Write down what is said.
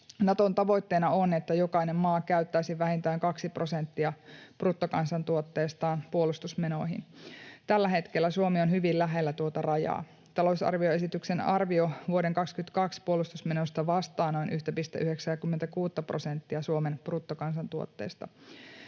Naton tavoitteena on, että jokainen maa käyttäisi vähintään kaksi prosenttia bruttokansantuotteestaan puolustusmenoihin. Tällä hetkellä Suomi on hyvin lähellä tuota rajaa. Talousarvioesityksen arvio vuoden 22 puolustusmenoista vastaa noin 1,96:ta prosenttia Suomen bruttokansantuotteesta.